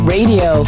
Radio